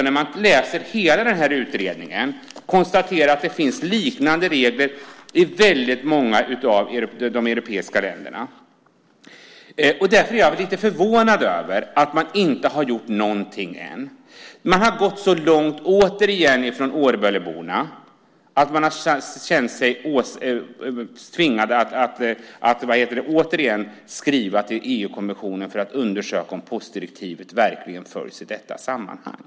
När man läser hela utredningen kan man konstatera att det finns liknande regler i väldigt många av de europeiska länderna. Därför är jag lite förvånad över att man inte har gjort någonting än. Man har gått så långt från Årböleborna att man har känt sig tvingad att återigen skriva till EU-kommissionen för att undersöka om postdirektivet verkligen följs i detta sammanhang.